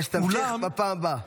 תמשיך בפעם הבאה.